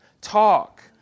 talk